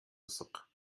ысык